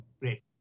great